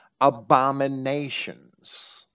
abominations